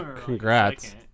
Congrats